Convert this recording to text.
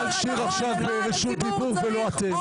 מיכל שיר עכשיו ברשות דיבור ולא אתם,